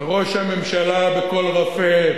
וראש הממשלה, בקול רפה,